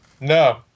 No